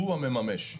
הוא המממש.